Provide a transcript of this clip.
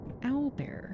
owlbear